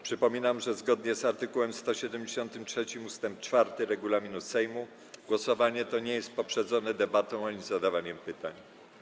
Przypominam, że zgodnie z art. 173 ust. 4 regulaminu Sejmu głosowanie to nie jest poprzedzone debatą ani zadawaniem pytań.